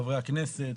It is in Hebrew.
חברי הכנסת,